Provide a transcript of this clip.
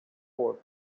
court